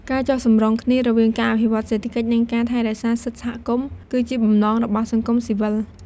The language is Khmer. ការចុះសម្រុងគ្នារវាងការអភិវឌ្ឍន៍សេដ្ឋកិច្ច និងការថែរក្សាសិទ្ធិសហគមន៍ គឺជាបំណងរបស់សង្គមស៊ីវិល។